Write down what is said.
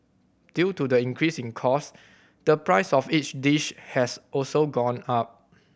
due to the increase in cost the price of each dish has also gone up